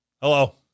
Hello